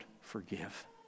forgive